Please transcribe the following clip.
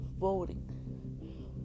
voting